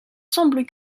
semble